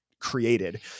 created